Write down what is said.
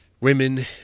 women